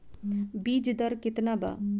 बीज दर केतना बा?